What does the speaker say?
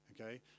okay